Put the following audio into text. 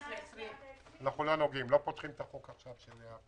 אנחנו לא פותחים את החוק עכשיו.